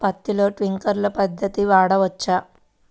పత్తిలో ట్వింక్లర్ పద్ధతి వాడవచ్చా?